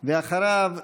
ואחריו,